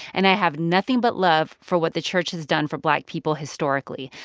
and i have nothing but love for what the church has done for black people historically.